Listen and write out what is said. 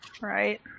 Right